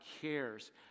cares